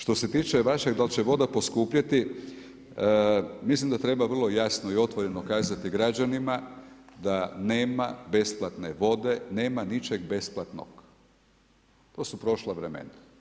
Što se tiče vašeg da li je voda poskupjeti, mislim da treba vrlo jasno i otvoreno kazati građanima da nema besplatne vode, nema ničeg besplatnog, to su prošla vremena.